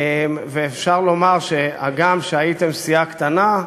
ואפשר לומר שהגם שהייתם סיעה קטנה,